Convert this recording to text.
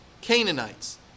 Canaanites